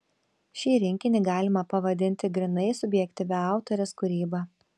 šį rinkinį galima pavadinti grynai subjektyvia autorės kūryba